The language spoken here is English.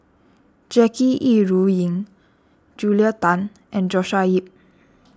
Jackie Yi Ru Ying Julia Tan and Joshua Ip